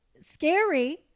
scary